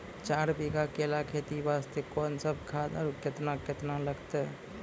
चार बीघा केला खेती वास्ते कोंन सब खाद आरु केतना केतना लगतै?